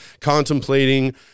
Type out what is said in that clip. contemplating